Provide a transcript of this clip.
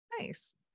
Nice